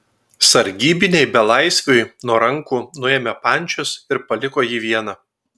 sargybiniai belaisviui nuo rankų nuėmė pančius ir paliko jį vieną